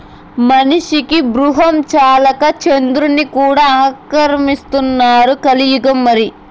మనిషికి బూగ్రహం చాలక చంద్రుడ్ని కూడా ఆక్రమిస్తున్నారు కలియుగం మరి